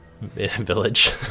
village